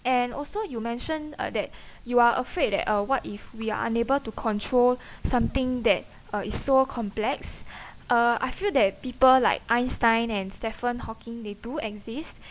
and also you mentioned uh that you are afraid that uh what if we are unable to control something that uh is so complex uh I feel that people like einstein and stephen hawking they do exist